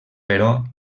però